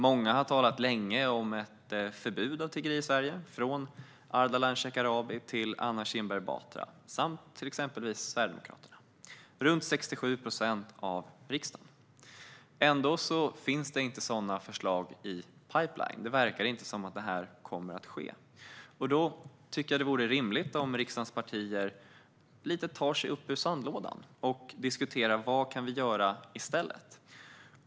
Många har talat länge om ett förbud mot tiggeri i Sverige, från Ardalan Shekarabi och Anna Kinberg Batra till Sverigedemokraterna, alltså runt 67 procent av riksdagen. Ändå finns inte sådana förslag i pipeline. Det verkar inte som att detta kommer att ske. Då är det rimligt att riksdagens partier tar sig upp ur sandlådan och diskuterar vad vi kan göra i stället.